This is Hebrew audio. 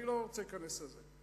אני לא רוצה להיכנס לזה.